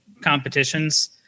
competitions